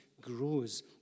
grows